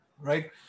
Right